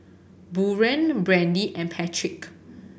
Buren Brandy and Patrick